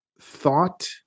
thought